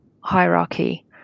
hierarchy